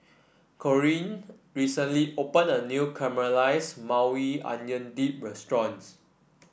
Corinne recently opened a new Caramelized Maui Onion Dip restaurant